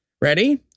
Ready